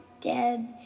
dead